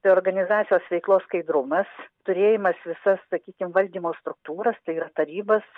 tai organizacijos veiklos skaidrumas turėjimas visas sakykim valdymo struktūras tai yra tarybas